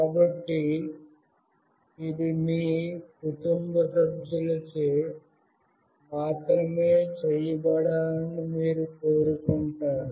కాబట్టి ఇది మీ కుటుంబ సభ్యులచే మాత్రమే చేయబడాలని మీరు కోరుకుంటారు